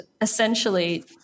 essentially